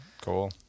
Cool